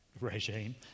regime